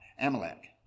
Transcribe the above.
Amalek